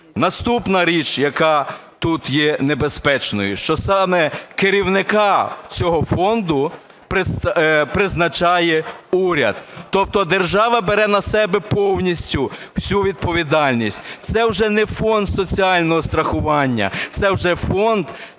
Наступна річ, яка тут є небезпечною. Що саме керівника цього фонду призначає уряд. Тобто держава бере на себе повністю всю відповідальність. Це вже не фонд соціального страхування, це вже фонд